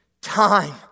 time